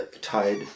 tied